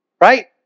Right